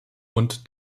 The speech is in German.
und